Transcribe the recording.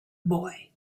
boy